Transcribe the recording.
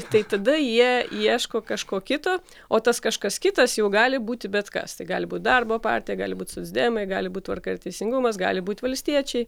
tai tada jie ieško kažko kito o tas kažkas kitas jau gali būti bet kas tai gali būt darbo partija gali būt socdemai gali būt tvarka ir teisingumas gal būti valstiečiai